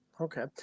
Okay